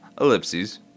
Ellipses